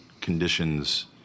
conditions